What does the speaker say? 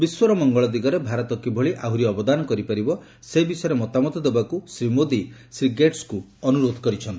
ବିଶ୍ୱର ମଙ୍ଗଳ ଦିଗରେ ଭାରତ କିଭଳି ଆହୁରି ଅବଦାନ କରିପାରିବ ସେ ବିଷୟରେ ମତାମତ ଦେବାକୁ ଶ୍ରୀ ମୋଦୀ ଶ୍ରୀ ଗେଟ୍ସଙ୍କୁ ଅନୁରୋଧ କରିଥିଲେ